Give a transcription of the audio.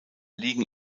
liegen